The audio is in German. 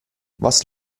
was